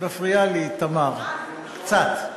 את מפריעה לי, תמר, קצת,